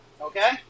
Okay